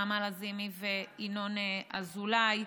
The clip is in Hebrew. נעמה לזימי וינון אזולאי.